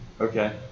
okay